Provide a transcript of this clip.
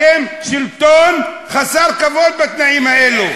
אתם שלטון חסר כבוד בתנאים האלו.